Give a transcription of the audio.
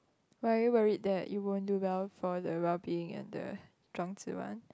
but are you worried that you won't do well for the well being and the Zhuan-Zhi one